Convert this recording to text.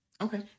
okay